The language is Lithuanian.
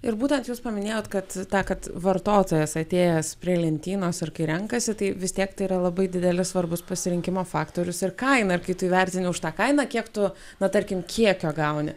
ir būtent jūs paminėjot kad tą kad vartotojas atėjęs prie lentynos ar kai renkasi tai vis tiek tai yra labai didelis svarbus pasirinkimo faktorius ir kaina ir kai tu įvertini už tą kainą kiek tu na tarkim kiekio gauni